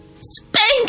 Spank